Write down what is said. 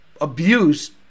abuse